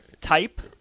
type